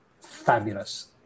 fabulous